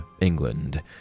England